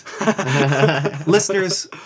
Listeners